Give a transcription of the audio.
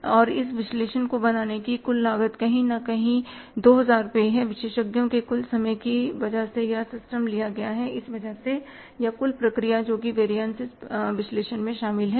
और इस विश्लेषण को बनाने की कुल लागत कहीं न कहीं 2000 रुपए है विशेषज्ञों के कुल समय की वजह से या सिस्टम लिया गया है इस वजह से या कुल प्रक्रिया जो कि वेरियनसिस विश्लेषण में शामिल है